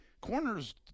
Corners